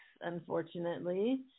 unfortunately